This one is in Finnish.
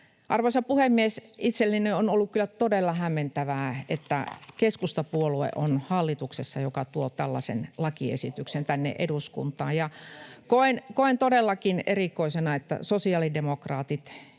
Arvoisa puhemies! Itselleni on ollut kyllä todella hämmentävää, että keskustapuolue on hallituksessa, joka tuo tällaisen lakiesityksen tänne eduskuntaan. [Mikko Kärnä ja Jouni